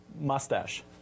mustache